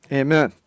amen